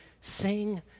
sing